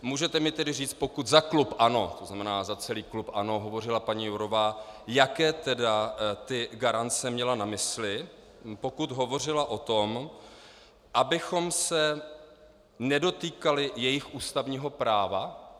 Můžete mi tedy říct, pokud za klub ANO, tzn. za celý klub ANO, hovořila paní Jourová, jaké tedy ty garance měla na mysli, pokud hovořila o tom, abychom se nedotýkali jejich ústavního práva?